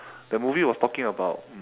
the movie was talking about